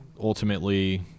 ultimately